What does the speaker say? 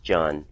John